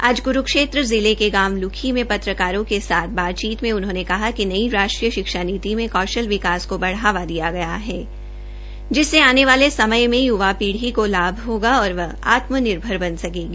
आज क्रूक्षेत्र जिले गांव लुखी में पत्रकारों के साथ बातचीत में उन्होंने कहा कि नई राष्ट्रीय शिक्षा नीति मे कौशल विकास को बढ़ावा दिया गया है जिससे आने वाले समय में युवा पीढ़ी को लाभ होगा और वह आत्मनिर्भर बन सकेगी